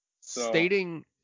Stating